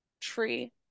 tree